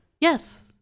yes